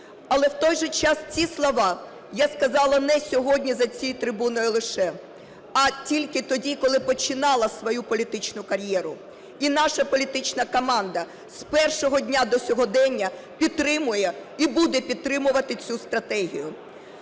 Але, в той же час, ці слова я сказала не сьогодні за цією трибуною лише, а тільки тоді, коли починала свою політичну кар'єру. І наша політична команда з першого дня до сьогодення підтримує і буде підтримувати цю стратегію.